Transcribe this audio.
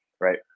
right